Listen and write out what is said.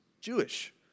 Jewish